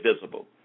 visible